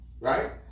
right